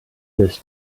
this